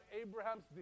Abraham's